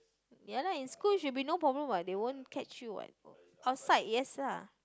ya lah in school should be no problem what they won't catch you what outside yes lah